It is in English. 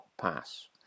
pass